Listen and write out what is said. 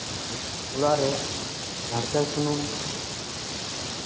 ᱚᱲᱟᱜ ᱨᱮ ᱱᱟᱲᱠᱮᱞ ᱥᱩᱱᱩᱢ